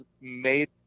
made